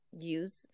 use